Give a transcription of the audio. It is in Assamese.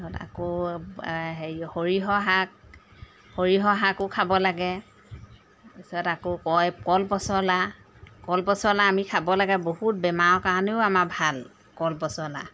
তাৰপিছত আকৌ হেৰি সৰিয়হ শাক সৰিয়হ শাকো খাব লাগে তাৰপিছত আকৌ কয় কল পচলা কল পচলা আমি খাব লাগে বহুত বেমাৰ কাৰণেও আমাৰ ভাল কল পচলা